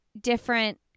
different